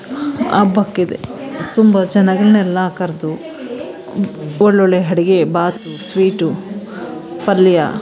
ಹಬ್ಬಕ್ಕಿದೆ ತುಂಬ ಜನಗಲನ್ನೆಲ್ಲ ಕರೆದು ಒಳ್ಳೊಳ್ಳೆ ಅಡುಗೆ ಬಾತು ಸ್ವೀಟು ಪಲ್ಯ